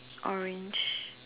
orange